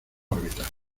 órbitas